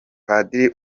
padiri